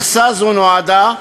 מכסה זו נועדה,